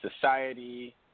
society